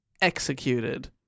executed